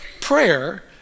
Prayer